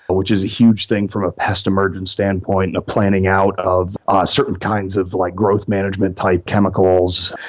which is a huge thing from a pest emergence standpoint, planning out of certain kinds of like growth management type chemicals,